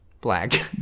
black